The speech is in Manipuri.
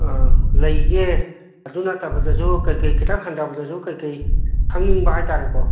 ꯂꯩꯒꯦ ꯑꯗꯨ ꯅꯠꯇꯕꯗꯁꯨ ꯀꯩꯀꯩ ꯈꯤꯇꯪ ꯍꯟꯊꯕꯗꯁꯨ ꯀꯩꯀꯩ ꯈꯪꯅꯤꯡꯕ ꯍꯥꯏꯇꯥꯔꯦꯀꯣ